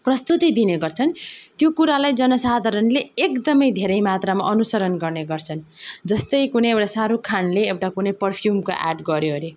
आफ्नो प्रस्तुति दिने गर्छन् त्यो कुरालाई जनसाधारणले एकदम धेरै मात्रामा अनुसरण गर्ने गर्छन् जस्तै कुनै एउटा साहरुख खानले एउटा कुनै पर्फ्युमको एड गर्यो अरे